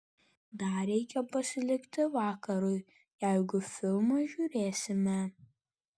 dar reikia pasilikti vakarui jeigu filmą žiūrėsime